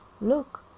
look